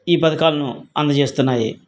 ఈ పథకాలను అందజేస్తున్నాయి